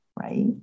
right